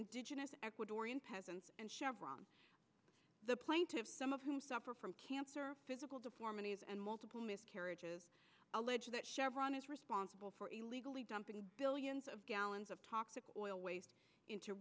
indigenous ecuadorian peasants and chevron the plaintiffs some of whom suffer from cancer physical deformities and multiple miscarriages allege that chevron is responsible for illegally dumping billions of gallons of toxic oil waste into